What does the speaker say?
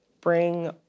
bring